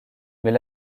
mais